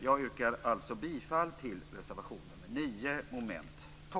Jag yrkar bifall till reservation nr 9